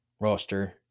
roster